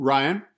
Ryan